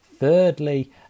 Thirdly